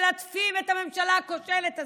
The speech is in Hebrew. מלטפים את הממשלה הכושלת הזאת,